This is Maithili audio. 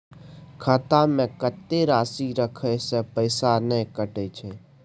खाता में कत्ते राशि रखे से पैसा ने कटै छै?